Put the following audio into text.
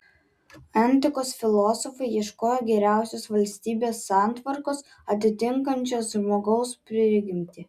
antikos filosofai ieškojo geriausios valstybės santvarkos atitinkančios žmogaus prigimtį